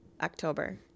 October